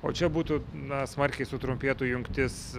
o čia būtų na smarkiai sutrumpėtų jungtis